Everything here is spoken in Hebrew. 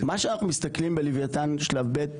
מה שאנחנו מסתכלים בלווייתן שלב ב',